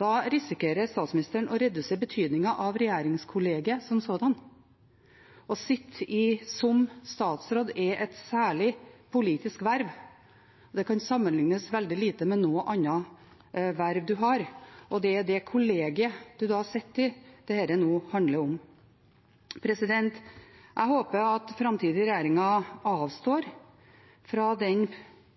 Da risikerer statsministeren å redusere betydningen av regjeringskollegiet som sådant. Å sitte som statsråd er et særlig politisk verv, og det kan i veldig liten grad sammenlignes med noe annet verv man har, og det er kollegiet man sitter i, dette handler om. Jeg håper at framtidige regjeringer avstår fra den